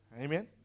amen